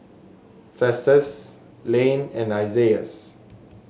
Festus Lane and Isaias